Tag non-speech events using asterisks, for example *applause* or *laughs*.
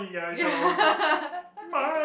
ya *laughs*